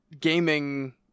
gaming